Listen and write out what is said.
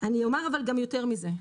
אני אומר גם יותר מזה.